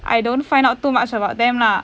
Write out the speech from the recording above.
I don't find out too much about them lah